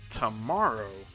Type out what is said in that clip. tomorrow